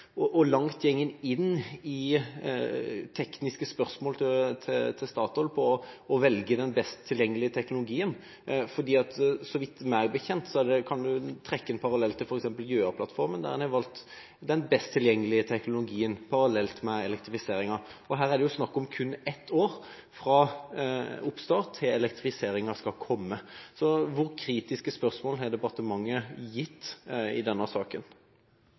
å velge den best tilgjengelige teknologien? Meg bekjent kan man trekke en parallell til f.eks. Gjøa-plattformen, der man har valgt den best tilgjengelige teknologien parallelt med elektrifiseringen. Her er det snakk om kun ett år fra oppstart til elektrifiseringen skal komme. Hvor kritiske spørsmål har departementet stilt i denne saken?